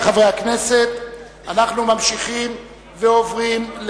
אין מתנגדים ואין נמנעים.